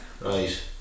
Right